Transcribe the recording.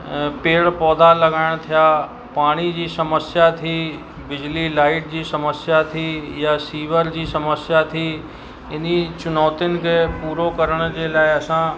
पेड़ पौधा लॻाइण थिया पाणीअ जी समस्या थी बिजली लाइट जी समस्या थी या सीवर जी समस्या थी इन्ही चुनौतियुनि खे पूरो करण जे लाइ असां